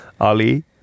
Ali